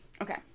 okay